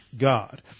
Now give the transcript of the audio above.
God